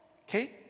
Okay